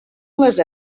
les